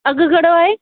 अघि घणो आहे